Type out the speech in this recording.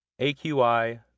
AQI